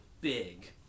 big